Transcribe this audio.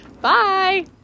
bye